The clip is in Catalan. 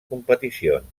competicions